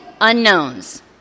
unknowns